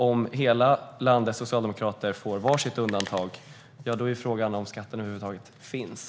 Om hela landets socialdemokrater får varsitt undantag är frågan om skatten över huvud taget finns.